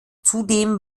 zudem